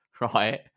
right